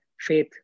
faith